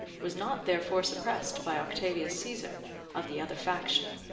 was not therefore suppressed by octavius caesar of the other faction.